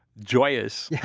joyous. yeah